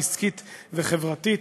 עסקית וחברתית.